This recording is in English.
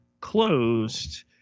closed